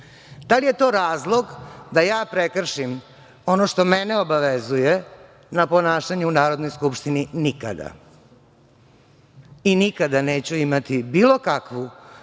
Da li je to razlog da ja prekršim ono što mene obavezuje na ponašanje u Narodnoj skupštini - nikada. I nikada neću imati bilo kakvu